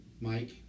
Mike